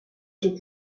توو